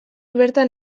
bertan